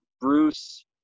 bruce